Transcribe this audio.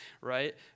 right